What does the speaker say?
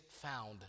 found